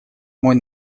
мой